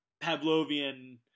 Pavlovian